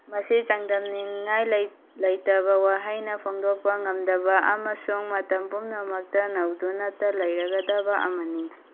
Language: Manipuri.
ꯃꯁꯤ ꯆꯥꯡꯗꯝꯅꯤꯡꯉꯥꯏ ꯂꯩꯇꯕ ꯋꯥꯍꯩꯅ ꯐꯣꯡꯗꯣꯛꯄ ꯉꯝꯗꯕ ꯑꯃꯁꯨꯡ ꯃꯇꯝ ꯄꯨꯝꯅꯃꯛꯇ ꯅꯧꯗꯨꯅꯇ ꯂꯩꯔꯒꯗꯕ ꯑꯃꯅꯤ